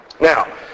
Now